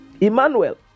Emmanuel